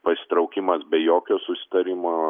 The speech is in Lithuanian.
pasitraukimas be jokio susitarimo